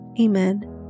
Amen